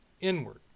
inward